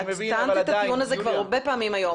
את טענת את הטיעון כבר הרבה פעמים היום,